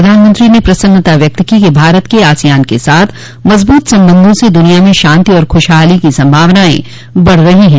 प्रधानमंत्री ने प्रसन्नता व्यक्त की कि भारत के आसियान के साथ मजबूत संबंधों से दुनिया में शांती और खुशहाली को संभावना बढ़ रही है